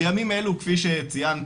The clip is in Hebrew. בימים אלו - כפי שציינת,